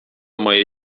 mojej